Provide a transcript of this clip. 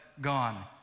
gone